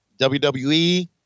WWE